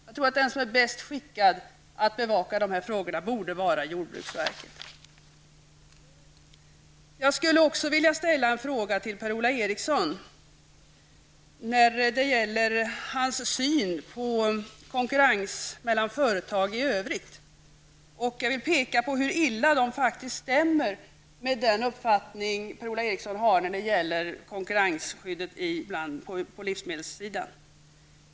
Jag tror att den som är bäst skickad att bevaka dessa frågor borde vara jordbruksverket. Eriksson när det gäller hans syn på konkurrens mellan företag i övrigt. Jag vill peka på hur illa den faktiskt stämmer med den uppfattning som Per-Ola Eriksson har när det gäller konkurrensskyddet på livsmedelssidan.